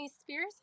Spears